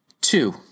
two